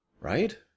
Right